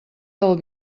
del